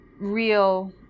real